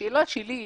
השאלה שלי,